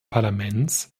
parlaments